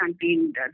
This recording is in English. contained